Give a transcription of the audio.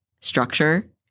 structure